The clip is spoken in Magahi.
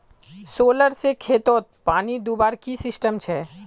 सोलर से खेतोत पानी दुबार की सिस्टम छे?